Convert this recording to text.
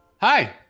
Hi